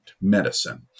medicine